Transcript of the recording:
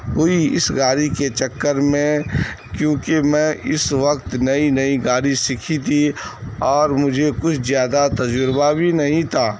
ہوئی اس گاڑی کے چکر میں کیوںکہ میں اس وقت نئی نئی گاڑی سیکھی تھی اور مجھے کچھ زیادہ تجربہ بھی نہیں تھا